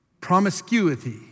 Promiscuity